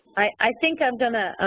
i think i'm going to